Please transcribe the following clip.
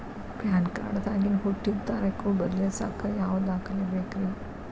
PAN card ದಾಗಿನ ಹುಟ್ಟಿದ ತಾರೇಖು ಬದಲಿಸಾಕ್ ಯಾವ ದಾಖಲೆ ಬೇಕ್ರಿ?